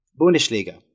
Bundesliga